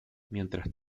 mientras